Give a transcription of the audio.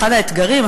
אחד האתגרים,